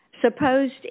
supposed